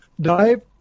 Dive